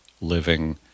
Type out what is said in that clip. living